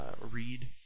read